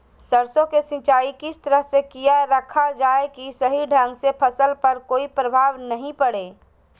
सरसों के सिंचाई किस तरह से किया रखा जाए कि सही ढंग से फसल पर कोई प्रभाव नहीं पड़े?